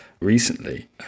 recently